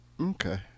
Okay